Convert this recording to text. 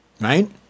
right